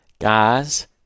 Guys